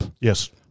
Yes